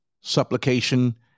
supplication